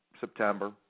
September